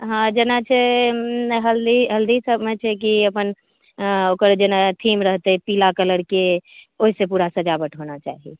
हँ जेना छै हल्दी हल्दीसभमे छै कि अपन ओकर जेना थीम रहतै पीला कलरके ओहिसँ पूरा सजावट होना चाही